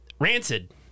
Rancid